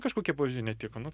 kažkokie pavyzdžiai netiko nu